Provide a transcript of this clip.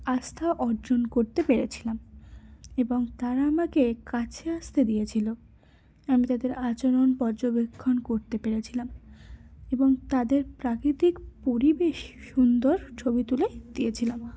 আস্থা অর্জন করতে পেরেছিলাম এবং তারা আমাকে কাছে আসতে দিয়েছিল আমি তাদের আচরণ পর্যবেক্ষণ করতে পেরেছিলাম এবং তাদের প্রাকৃতিক পরিবেশে সুন্দর ছবি তুলে দিয়েছিলাম